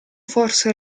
forse